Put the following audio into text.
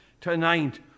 tonight